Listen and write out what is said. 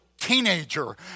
teenager